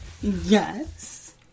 Yes